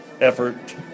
effort